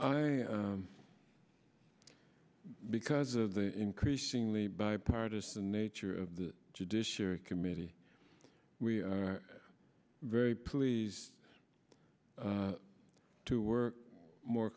i because of the increasingly bipartisan nature of the judiciary committee we are very pleased to work more